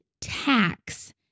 tax